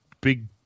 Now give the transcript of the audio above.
big